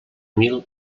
mil